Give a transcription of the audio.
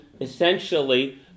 essentially